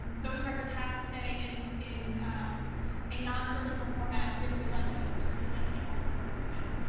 those records have to stay in in a non-searchable format with the gun dealer. so atf can't have that information.